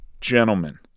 gentlemen